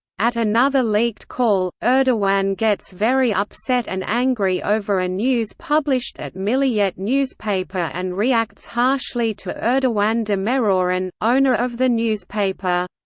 at another leaked call, erdogan gets very upset and angry over a news published at milliyet newspaper and reacts harshly to erdogan demiroren, owner of the newspaper.